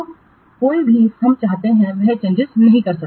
जो कोई भी हम चाहते हैं कि हम चेंजिंस नहीं कर सकते